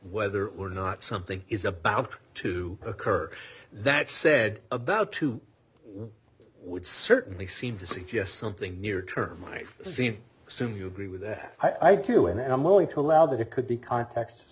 whether or not something is about to occur that said about two would certainly seem to suggest something near term money assume you agree with that i do and i'm willing to allow that it could be cont